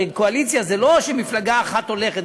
הרי קואליציה זה לא שמפלגה אחת הולכת,